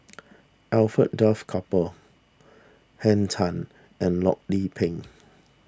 Alfred Duff Cooper Henn Tan and Loh Lik Peng